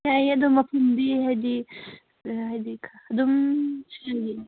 ꯌꯥꯏꯌꯦ ꯑꯗꯣ ꯃꯐꯝꯗꯤ ꯍꯥꯏꯕꯗꯤ ꯑꯗꯨꯝ